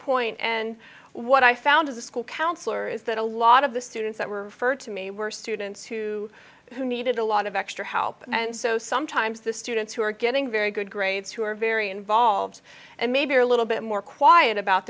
point and what i found as a school counselor is that a lot of the students that were first to me were students who who needed a lot of extra help and so sometimes the students who are getting very good grades who are very involved and maybe are a little bit more quiet about